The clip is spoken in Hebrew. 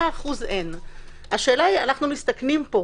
אין 100%. אנחנו מסתכנים פה,